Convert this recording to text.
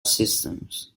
systems